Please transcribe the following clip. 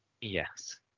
yes